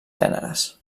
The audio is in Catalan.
gèneres